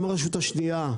גם הרשות השנייה,